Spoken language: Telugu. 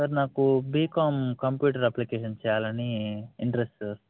సార్ నాకు బికామ్ కంప్యూటర్ అప్లికేషన్స్ చేయాలని ఇంట్రెస్ట్ సార్